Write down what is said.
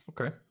Okay